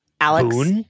Alex